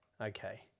Okay